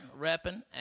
repping